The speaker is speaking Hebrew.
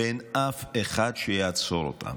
ואין אף אחד שיעצור אותם.